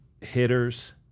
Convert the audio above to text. hitters